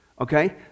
Okay